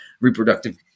reproductive